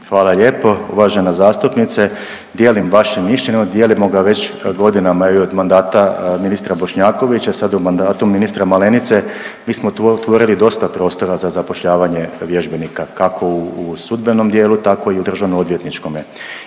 Hvala lijepo. Uvažena zastupnice dijelim vaše mišljenje, dijelimo ga već godinama i od mandata ministra Bošnjakovića sad u mandatu ministra Malenice, mi smo tvorili dosta prostora za zapošljavanje vježbenika kako u sudbenom dijelu tako i u državno odvjetničkome